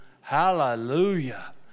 Hallelujah